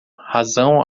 razão